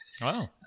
Wow